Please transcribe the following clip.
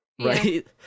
right